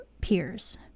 peers